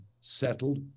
settled